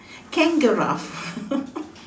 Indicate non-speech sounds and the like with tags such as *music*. Kangaraffe *laughs*